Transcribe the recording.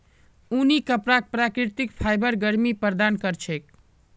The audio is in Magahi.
ऊनी कपराक प्राकृतिक फाइबर गर्मी प्रदान कर छेक